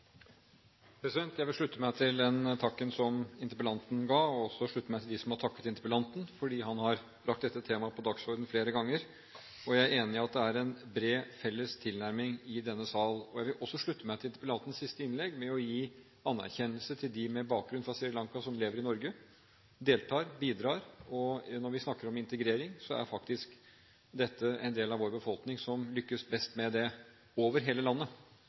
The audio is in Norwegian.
Jeg vil slutte meg til den takken som interpellanten ga, og jeg vil også slutte meg til dem som har takket interpellanten fordi han har satt dette temaet på dagsordenen flere ganger. Jeg er enig i at det er en bred, felles tilnærming i denne sal. Jeg vil også slutte meg til interpellantens siste innlegg med hensyn til å gi anerkjennelse til dem med bakgrunn fra Sri Lanka som lever i Norge, som deltar, som bidrar. Når det gjelder integrering, er faktisk dette en del av vår befolkning som lykkes best med det, over hele landet,